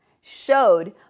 showed